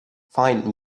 find